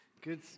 Good